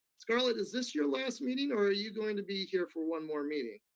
scarlett is this your last meeting, or are you going to be here for one more meeting?